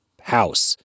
house